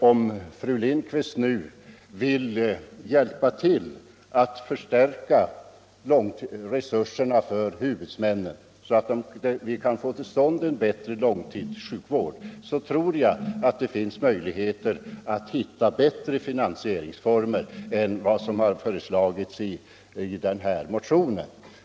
Om fru Lindquist vill hjälpa till att förstärka resurserna för sjukvårdshu = Nr 47 vudmännen, så att vi kan få till stånd en bättre långtidsvård, så tror Onsdagen den jag att det finns möjligheter att hitta bättre finansieringsformer än vad 2 april 1975 som har föreslagits i den här motionen.